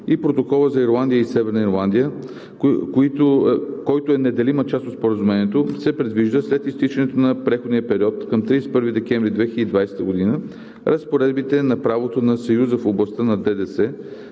Протокола за Ирландия и Северна Ирландия, който е неделима част от Споразумението, се предвижда след изтичането на преходния период към 31 декември 2020 г. разпоредбите на правото на Съюза в областта ДДС